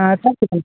हाँ कम से कम